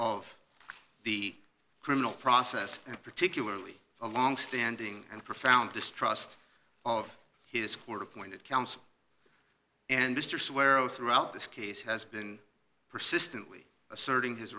of the criminal process and particularly a longstanding and profound distrust of his court appointed counsel and district where o throughout this case has been persistently asserting his